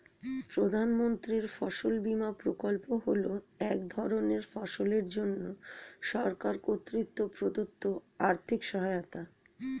প্রধানমন্ত্রীর ফসল বিমা প্রকল্প হল এক ধরনের ফসলের জন্য সরকার কর্তৃক প্রদত্ত আর্থিক সহায়তা